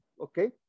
okay